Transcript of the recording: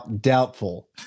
Doubtful